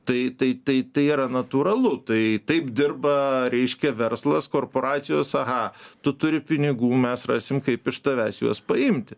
tai tai tai tai yra natūralu tai taip dirba reiškia verslas korporacijos aha tu turi pinigų mes rasim kaip iš tavęs juos paimti